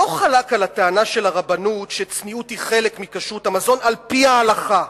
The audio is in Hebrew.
לא חלק על הטענה של הרבנות שצניעות היא חלק מכשרות המזון על-פי ההלכה,